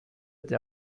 der